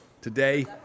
Today